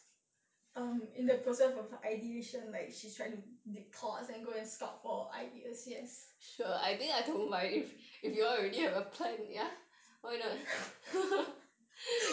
err in the process of ideation like she's trying to dig thoughts and go and scout for ideas yes